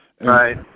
Right